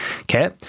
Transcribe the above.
Okay